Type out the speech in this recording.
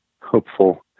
hopeful